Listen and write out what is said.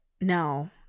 No